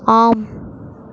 ஆம்